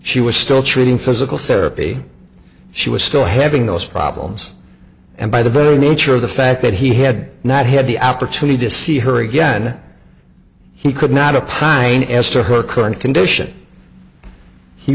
she was still treating physical therapy she was still having those problems and by the very nature of the fact that he had not had the opportunity to see her again he could not uprising estar her current condition he